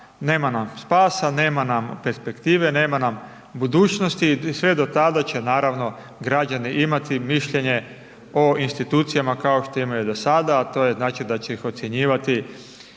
nam nema spasa, nema nam perspektive, nema nam budućnosti i sve do tada će naravno građani imati mišljenje o institucijama kao što imaju do sada, a to je znači da će ih ocjenjivati